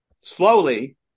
Slowly